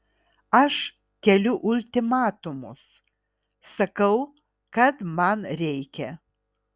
aš keliu ultimatumus sakau kad man reikia